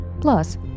Plus